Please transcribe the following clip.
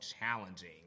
challenging